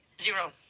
Zero